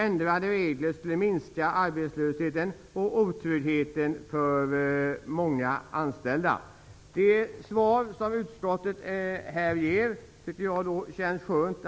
Ändrade regler skulle minska arbetslösheten och den otrygghet som många anställda upplever. Det svar utskottet här ger tycker jag känns skönt.